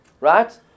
right